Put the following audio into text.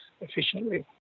efficiently